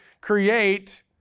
create